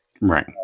Right